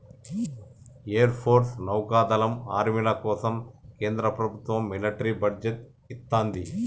air force, నౌకాదళం, ఆర్మీల కోసం కేంద్ర ప్రభత్వం మిలిటరీ బడ్జెట్ ఇత్తంది